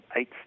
eight